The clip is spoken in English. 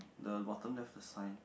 the bottom left a sign